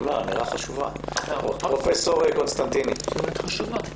פרופ' קונסטנטיני, בבקשה.